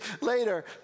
later